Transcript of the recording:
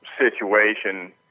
situation